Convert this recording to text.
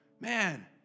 Man